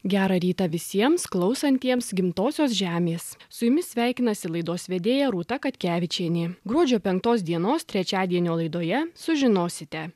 gerą rytą visiems klausantiems gimtosios žemės su jumis sveikinasi laidos vedėja rūta katkevičienė gruodžio penktos dienos trečiadienio laidoje sužinosite